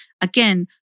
again